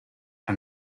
and